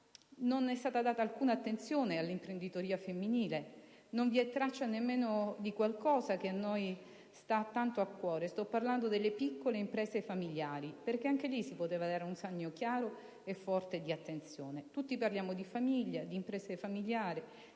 Non è stata data alcuna attenzione all'imprenditoria femminile. Non vi è traccia nemmeno di qualcosa che a noi sta tanto a cuore: sto parlando delle piccole imprese familiari, perché anche lì si poteva dare un segno chiaro e forte di attenzione. Tutti parliamo di famiglia, di imprese familiari